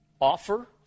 offer